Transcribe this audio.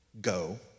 go